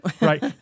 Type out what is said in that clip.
Right